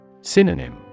Synonym